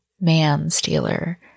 man-stealer